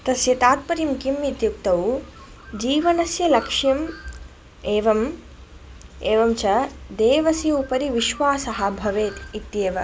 तस्य तात्पर्यं किम् इत्युक्तौ जीवनस्य लक्ष्यं एवम् एवञ्च देवस्य उपरि विश्वासः भवेत् इत्येव